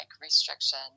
restriction